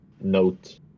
note